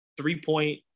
three-point